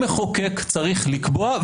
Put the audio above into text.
המחוקק צריך לקבוע,